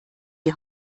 die